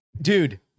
Dude